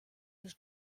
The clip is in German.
des